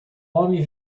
homem